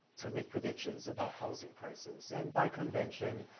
to make predictions about housing prices. and by convention,